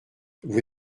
vous